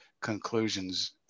conclusions